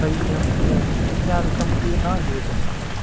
तैलं य इत्यादिकं तु न योजयन्ति